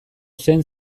zen